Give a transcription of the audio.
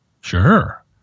Sure